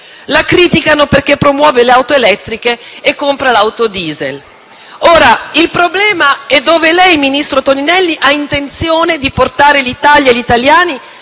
la criticano perché promuove le auto elettriche e compra l'auto *diesel*. Ora, il problema, ministro Toninelli, è dove ha intenzione di portare l'Italia e gli italiani